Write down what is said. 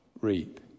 reap